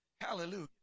Hallelujah